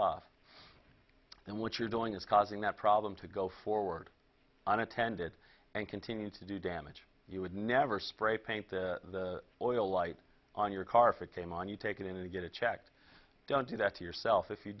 off and what you're doing is causing that problem to go forward unintended and continue to do damage you would never spray paint the oil light on your car if it came on you take it in to get it checked don't do that to yourself if you